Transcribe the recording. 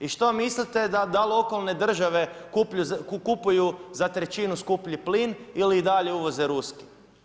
I što mislite da li lokalne države kupuju za trećinu skuplji plin ili i dalje uvozi ruski?